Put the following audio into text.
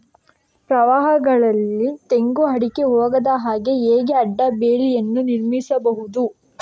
ಪ್ರವಾಹಗಳಿಗೆ ತೆಂಗು, ಅಡಿಕೆ ಹೋಗದ ಹಾಗೆ ಹೇಗೆ ಅಡ್ಡ ಬೇಲಿಯನ್ನು ನಿರ್ಮಿಸಬಹುದು?